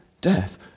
death